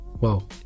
Wow